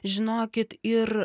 žinokit ir